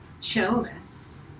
chillness